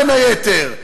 בין היתר,